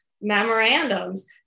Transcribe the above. memorandums